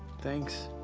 thanks.